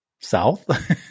South